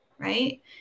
right